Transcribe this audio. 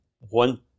one